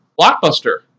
Blockbuster